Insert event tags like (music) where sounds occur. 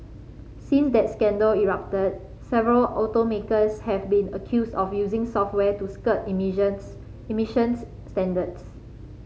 since that scandal erupted several automakers have been accused of using software to skirt (unintelligible) emissions standards